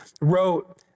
wrote